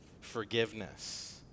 forgiveness